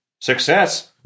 Success